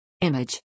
image